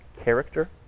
character